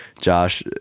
Josh